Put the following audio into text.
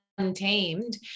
Untamed